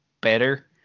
better